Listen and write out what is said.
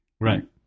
Right